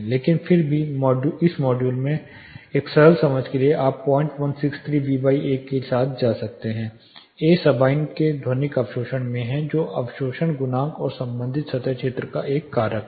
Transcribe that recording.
लेकिन फिर भी इस मॉड्यूल में एक सरल समझ के लिए आप 0163 V A के साथ जा सकते हैं A सबाइन के ध्वनिक अवशोषण में है जो अवशोषण गुणांक और संबंधित सतह क्षेत्र का एक कारक है